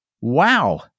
Wow